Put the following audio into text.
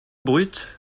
brute